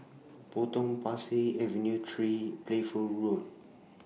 Potong Pasir Avenue three Playfair